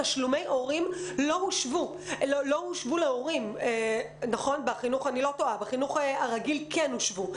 תשלומי הורים לא הושבו ואם אני לא טועה בחינוך הרגיל הם כן הושבו.